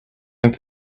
and